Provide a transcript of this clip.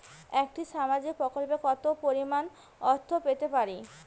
একটি সামাজিক প্রকল্পে কতো পরিমাণ অর্থ পেতে পারি?